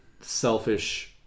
selfish